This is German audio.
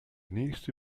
nächste